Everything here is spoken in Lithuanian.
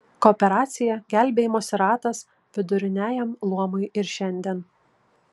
kooperacija gelbėjimosi ratas viduriniajam luomui ir šiandien